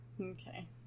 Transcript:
Okay